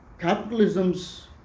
capitalism's